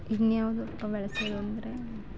ಇನ್ನ್ಯಾವುದಪ್ಪ ಬೆಳೆಸೋದು ಅಂದರೆ